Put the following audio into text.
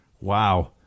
wow